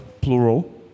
plural